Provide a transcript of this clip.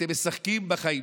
אתם משחקים בחיים.